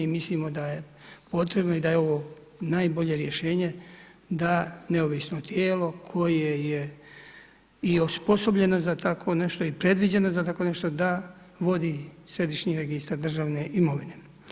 I mislimo da je potrebno i da je ovo najbolje rješenje da neovisno tijelo koje je i osposobljeno za takvo nešto i predviđeno za tako nešto da vodi Središnji registar državne imovine.